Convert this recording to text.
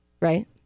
right